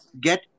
get